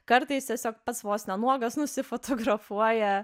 kartais tiesiog pats vos ne nuogas nusifotografuoja